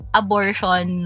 abortion